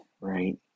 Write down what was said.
right